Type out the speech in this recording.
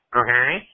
okay